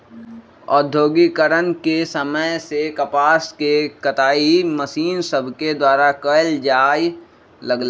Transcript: औद्योगिकरण के समय से कपास के कताई मशीन सभके द्वारा कयल जाय लगलई